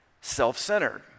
self-centered